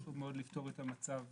אנו עתידים להביא לאישור